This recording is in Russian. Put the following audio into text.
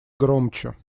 громче